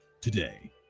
today